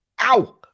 Ow